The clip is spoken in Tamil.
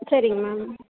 சரிங்க மேம்